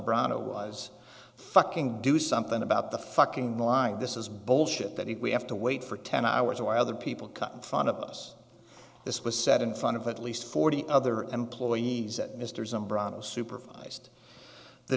zambrano was fucking do something about the fucking line this is bullshit that if we have to wait for ten hours or other people cut in front of us this was said in front of at least forty other employees at mr zambrano supervised the